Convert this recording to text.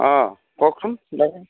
অঁ কওকচোন কি লাগে